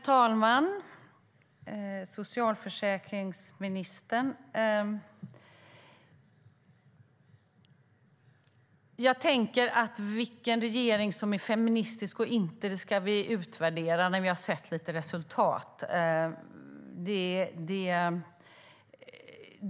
Herr talman! Jag tänker att vilken regering som är feministisk och inte ska vi utvärdera när vi har sett lite resultat, socialförsäkringsministern.